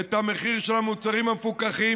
את מחיר המוצרים המפוקחים,